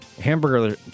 Hamburger